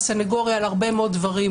הסנגוריה על הרבה מאוד דברים,